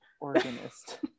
Organist